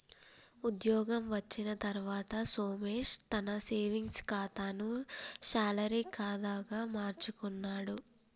ఉద్యోగం వచ్చిన తర్వాత సోమేశ్ తన సేవింగ్స్ కాతాను శాలరీ కాదా గా మార్చుకున్నాడు